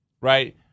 Right